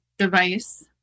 device